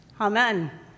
Amen